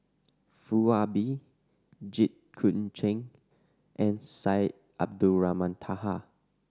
Foo Ah Bee Jit Koon Ch'ng and Syed Abdulrahman Taha